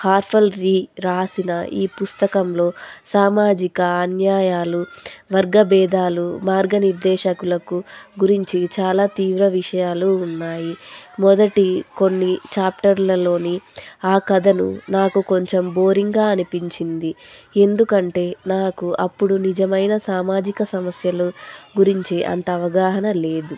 Harper Lee రాసిన ఈ పుస్తకంలో సామాజిక అన్యాయాలు వర్గభేధాలు మార్గ నిర్దేశకులకు గురించి చాలా తీవ్ర విషయాలు ఉన్నాయి మొదటి కొన్ని చాప్టర్లలోని ఆ కథను నాకు కొంచెం బోరింగ్గా అనిపించింది ఎందుకంటే నాకు అప్పుడు నిజమైన సామాజిక సమస్యలు గురించి అంత అవగాహన లేదు